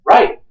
Right